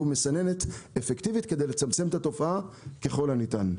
מסננת אפקטיבית כדי לצמצם את התופעה ככל הניתן.